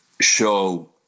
show